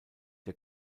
der